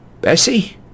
Bessie